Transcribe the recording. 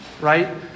Right